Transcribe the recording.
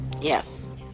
yes